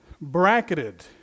bracketed